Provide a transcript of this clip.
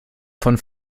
von